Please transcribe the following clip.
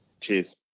Cheers